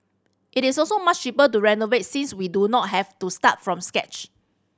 it is also much cheaper to renovate since we do not have to start from scratch